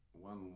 one